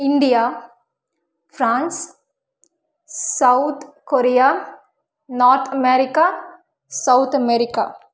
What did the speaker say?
India France south Korea north America south America